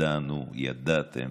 ידעתם